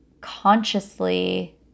consciously